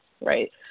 right